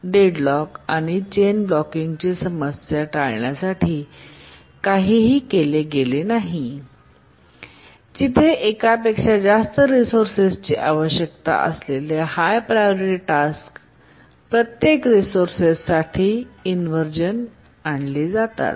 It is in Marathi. डेडलॉक आणि चेन ब्लॉकिंगची समस्या टाळण्यासाठी काहीही केले नाही जिथे एकापेक्षा जास्त रिसोर्सची आवश्यकता असलेल्या हाय प्रायोरिटी टास्क प्रत्येक रिसोर्सेस साठी इनव्हर्जन आणले जातात